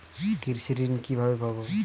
কৃষি ঋন কিভাবে পাব?